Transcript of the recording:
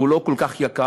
והוא לא כל כך יקר,